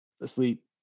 asleep